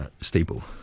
stable